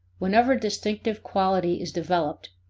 whenever distinctive quality is developed,